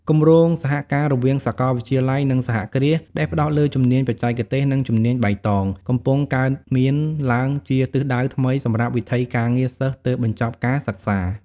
គម្រោងសហការរវាងសាកលវិទ្យាល័យ និងសហគ្រាសដែលផ្តោតលើជំនាញបច្ចេកទេស និងជំនាញបៃតង កំពុងកើតមានឡើងជាទិសដៅថ្មីសម្រាប់វិថីការងារសិស្សទើបបញ្ចប់ការសិក្សា។